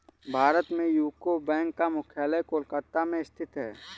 भारत में UCO bank का मुख्यालय कोलकाता में स्थित है